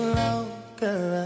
longer